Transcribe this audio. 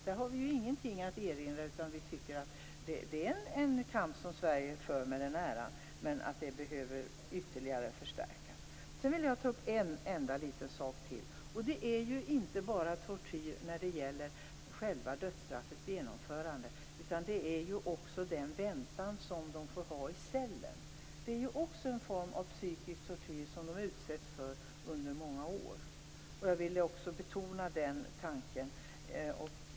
Där har vi ju ingenting att erinra, utan vi tycker att det är en kamp som Sverige för med den äran. Men denna kamp behöver ytterligare förstärkas. Sedan vill jag ta upp en sak till. Det är ju inte bara själva dödsstraffets genomförande som innebär tortyr utan det är också de dödsdömdas väntan i cellen. Det är också en form av psykisk tortyr som dessa människor utsätts för under många år. Jag ville också betona den tanken.